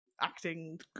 acting